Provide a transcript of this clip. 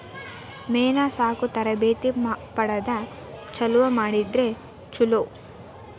ಮೇನಾ ಸಾಕು ತರಬೇತಿ ಪಡದ ಚಲುವ ಮಾಡಿದ್ರ ಚುಲೊ